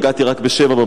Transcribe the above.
הגעתי רק ב-07:00.